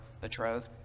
betrothed